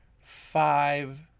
five